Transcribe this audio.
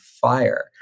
fire